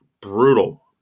brutal